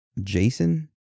Jason